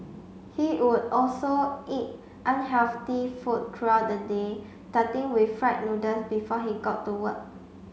he would also eat unhealthy food throughout the day starting with fried noodles before he got to work